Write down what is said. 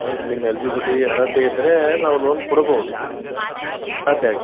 ಅದಕ್ಕೆ ನಿಮ್ಮ ಎಲ್ಜಿಬ್ಲಿಟೀ ಅರ್ಹತೆ ಇದ್ದರೆ ನಾವು ಲೋನ್ ಕೊಡ್ಬೌದು ಸಾಧ್ಯ